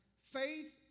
Faith